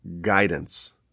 guidance